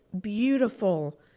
beautiful